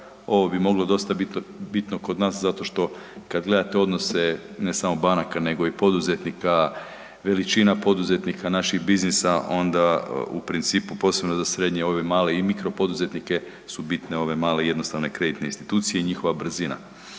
Ovo bi moglo dosta bit bitno kod nas zato što kad gledate odnose ne samo banaka nego i poduzetnika, veličina poduzetnika naših biznisa onda u principu posebno za srednje i ove male i mikro poduzetnike su bitne ove male jednostavne kreditne institucije i njihova brzina